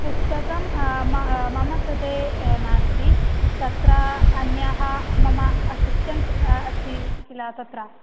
पुस्तकं मम कृते नास्ति तत्र अन्यः मम असिस्टेण्ट् अस्ति किल तत्र